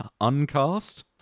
Uncast